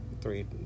three